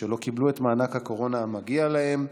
לא קיבלו את מענק הקורונה המגיע להם,